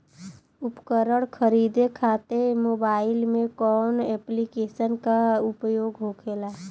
उपकरण खरीदे खाते मोबाइल में कौन ऐप्लिकेशन का उपयोग होखेला?